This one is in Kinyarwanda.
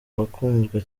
bakunzwe